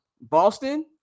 Boston